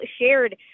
shared